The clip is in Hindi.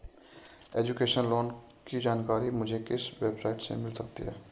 एजुकेशन लोंन की जानकारी मुझे किस वेबसाइट से मिल सकती है?